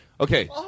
Okay